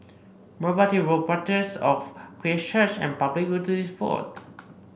Merpati Road Parish of Christ Church and Public Utilities Board